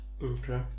Okay